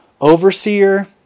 overseer